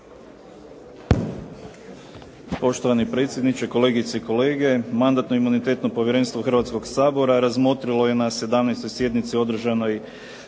Poštovani predsjedniče, kolegice i kolege. Mandatno-imunitetno povjerenstvo Hrvatskog sabora razmotrilo je na 17. sjednici održanoj